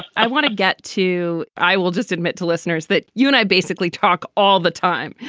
i want to get to i will just admit to listeners that you and i basically talk all the time.